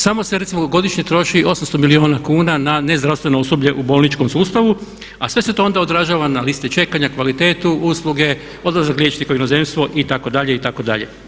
Samo se recimo godišnje troši 800 milijuna kuna na ne zdravstveno osoblje u bolničkom sustavu, a sve se to onda odražava na liste čekanja, kvalitetu usluge, odlazak liječniku u inozemstvo itd. itd.